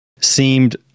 Seemed